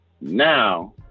Now